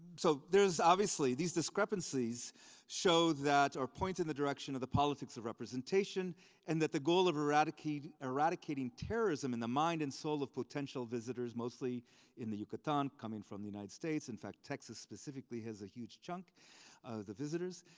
so there's obviously, these discrepancies show that or point in the direction of the politics of representation and that the goal of eradicating eradicating terrorism in the mind and soul of potential visitors, mostly in the yucatan coming from the united states, in fact texas specifically has a huge chunk the visitors.